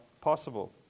possible